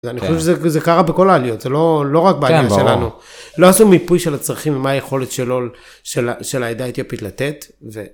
אני חושב שזה קרה בכל העליות, זה לא לא רק בעליות שלנו. לא עשו מיפוי של הצרכים, מה היכולת של העדה האתיופית לתת, ו...